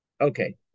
Okay